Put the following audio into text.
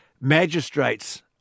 magistrates